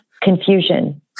Confusion